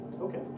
Okay